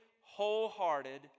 wholehearted